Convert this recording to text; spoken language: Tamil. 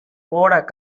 போட